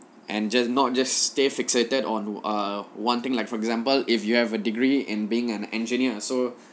and just not just stay fixated on err wanting like for example if you have a degree in being an engineer so